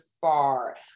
far